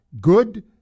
Good